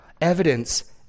evidence